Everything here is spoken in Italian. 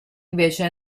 invece